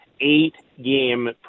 eight-game